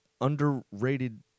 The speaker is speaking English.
underrated